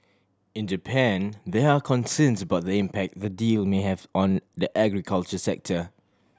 in Japan there are concerns about the impact the deal may have on the agriculture sector